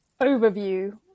overview